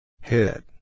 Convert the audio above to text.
Hit